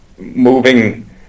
moving